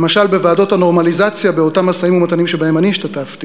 למשל בוועדות הנורמליזציה באותם משאים-ומתנים שבהם אני השתתפתי